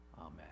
Amen